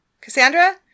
Cassandra